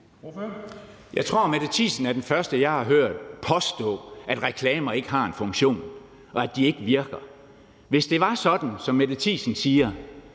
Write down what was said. Jeg tror, at fru Mette Thiesen er den første, jeg har hørt påstå, at reklamer ikke har en funktion, og at de ikke virker. Hvis det var sådan, som fru Mette Thiesen siger,